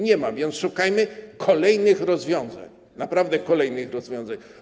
Nie ma, więc szukajmy kolejnych rozwiązań, naprawdę kolejnych rozwiązań.